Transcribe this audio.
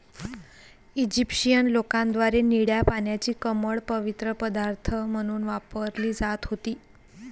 Egyptian लोकांद्वारे निळ्या पाण्याची कमळ पवित्र पदार्थ म्हणून वापरली जात होती